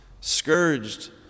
scourged